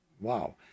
wow